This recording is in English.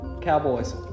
Cowboys